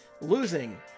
losing